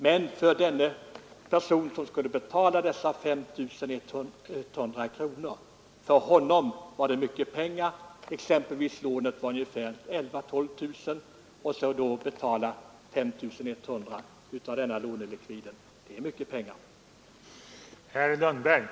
Men den person som skulle betala dessa 5 100 kronor för tomten när han rätteligen inte borde betalt mer än högst 2 000 kronor, tycker nog ej att han är rättvist behandlad.